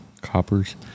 coppers